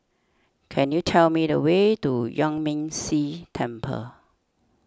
can you tell me the way to Yuan Ming Si Temple